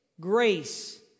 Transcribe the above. grace